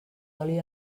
oli